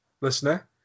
listener